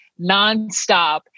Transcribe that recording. nonstop